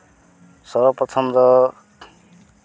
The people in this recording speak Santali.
ᱥᱚᱨᱵᱚ ᱯᱨᱚᱛᱷᱚᱢ ᱫᱚ